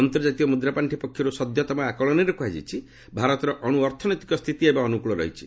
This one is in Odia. ଅନ୍ତର୍କାତୀୟ ମୂଦ୍ରା ପାର୍ଷି ପକ୍ଷରୁ ସଦ୍ୟତମ ଆକଳନରେ କୁହାଯାଇଛି ଭାରତର ଅଣୁ ଅର୍ଥନୈତିକ ସ୍ଥିତି ଏବେ ଅନୁକୂଳ ରହିଛି